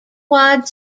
wide